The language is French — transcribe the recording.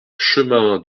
chemin